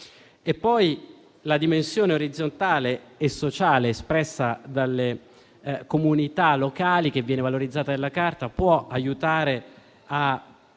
La dimensione orizzontale e sociale espressa dalle comunità locali, che viene valorizzata della Carta, può aiutare a